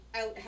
out